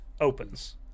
opens